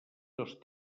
dos